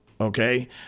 Okay